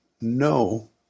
No